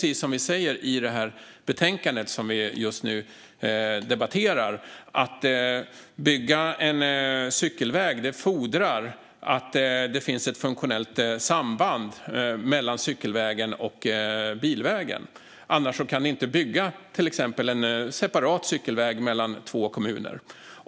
I det betänkande som vi just nu diskuterar framhålls att när man bygger en cykelväg fordras att det finns ett funktionellt samband mellan cykelvägen och bilvägen, annars kan man inte bygga till exempel en separat cykelväg mellan två kommuner.